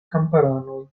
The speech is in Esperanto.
kamparanoj